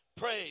Praise